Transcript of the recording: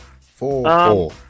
four